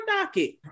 docket